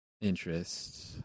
interest